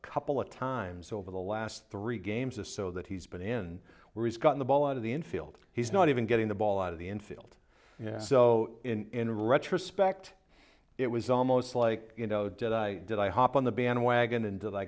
couple of times over the last three games of so that he's been in where he's gotten the ball out of the infield he's not even getting the ball out of the infield so in retrospect it was almost like you know did i did i hop on the bandwagon